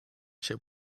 ship